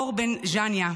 אור בן זניה,